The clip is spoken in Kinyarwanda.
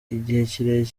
kirekire